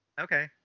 Okay